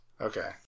Okay